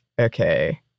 okay